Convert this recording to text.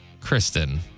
Kristen